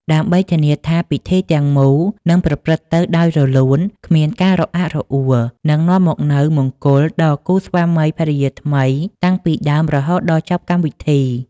ដើម្បីធានាថាពិធីការទាំងមូលនឹងប្រព្រឹត្តទៅដោយរលូន គ្មានការរអាក់រអួល និងនាំមកនូវមង្គលដល់គូស្វាមីភរិយាថ្មីតាំងពីដើមរហូតដល់ចប់កម្មវិធី។